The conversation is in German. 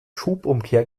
schubumkehr